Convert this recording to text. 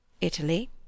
Italy